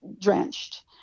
drenched